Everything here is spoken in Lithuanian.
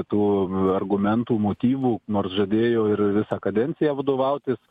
tų argumentų motyvų nors žadėjo ir visą kadenciją vadovautis